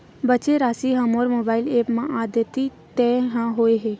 बचे राशि हा मोर मोबाइल ऐप मा आद्यतित नै होए हे